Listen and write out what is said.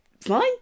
fine